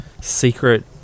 secret